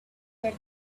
that